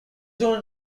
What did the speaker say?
wound